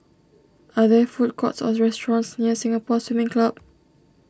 are there food courts or restaurants near Singapore Swimming Club